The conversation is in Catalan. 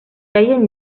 feien